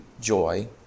joy